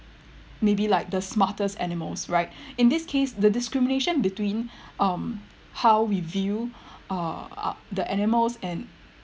maybe like the smartest animals right in this case the discrimination between um how we view uh the animals and